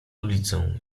ulicą